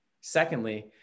Secondly